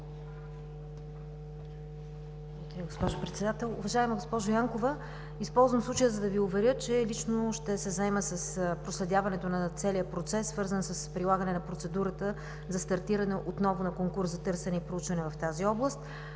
Благодаря, госпожо Председател.